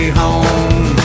home